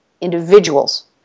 individuals